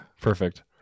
Perfect